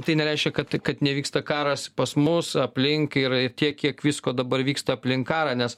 tai nereiškia kad kad nevyksta karas pas mus aplink ir ir tiek kiek visko dabar vyksta aplink karą nes